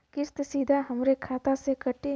किस्त सीधा हमरे खाता से कटी?